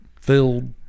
filled